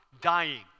dying